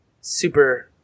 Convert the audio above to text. Super